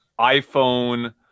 iPhone